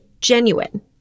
genuine